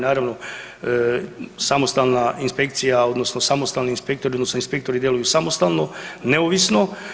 Naravno samostalna inspekcija odnosno samostalni inspektori odnosno inspektori djeluju samostalno, neovisno.